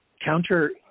counter